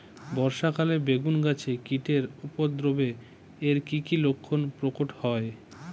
বর্ষা কালে বেগুন গাছে কীটের উপদ্রবে এর কী কী লক্ষণ প্রকট হয়?